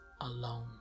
alone